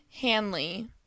Hanley